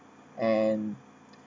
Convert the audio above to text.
and